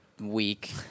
week